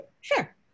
Sure